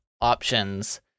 options